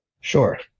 Sure